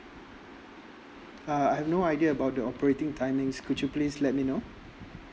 uh I've no idea about the operating timings could you please let me know